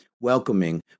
welcoming